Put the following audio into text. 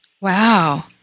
Wow